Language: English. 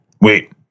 Wait